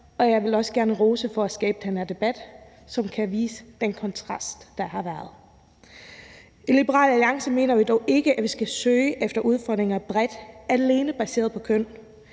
og jeg vil også gerne give ros for at skabe den her debat, som kan vise den kontrast, der har været. I Liberal Alliance mener vi dog ikke, at vi skal søge efter udfordringer bredt alene baseret på køn,